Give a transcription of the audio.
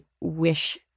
wish